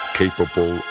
capable